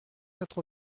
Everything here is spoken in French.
quatre